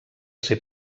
ser